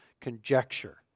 conjecture